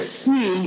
see